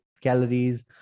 calories